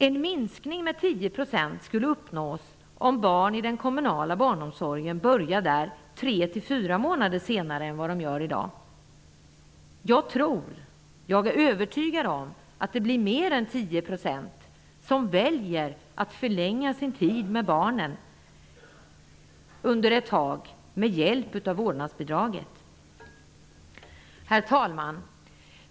En minskning med 10 % skulle uppnås om barn i den kommunala barnomsorgen börjar där tre fyra månader senare än vad de gör i dag. Jag är övertygad om att det blir mer än 10 % som väljer att förlänga sin tid med barnen ett tag med hjälp av vårdnadsbidraget. Herr talman!